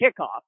kickoff